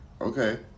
Okay